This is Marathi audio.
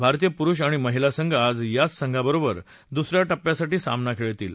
भारतीय प्रुष आणि महिला संघ आज याच संघाबरोबर दुस या टप्प्यासाठी सामना खर्ळ्सील